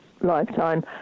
lifetime